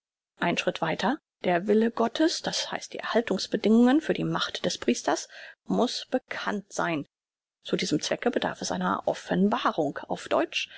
ein schritt weiter der wille gottes das heißt die erhaltungs bedingungen für die macht des priesters muß bekannt sein zu diesem zwecke bedarf es einer offenbarung auf deutsch